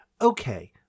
okay